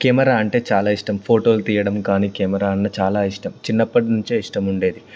camera అంటే చాలా ఇష్టం ఫోటోలు తీయడం కానీ కెమెరా అన్నా చాలా ఇష్టం చిన్నప్పటినుంచే ఇష్టం ఉండేది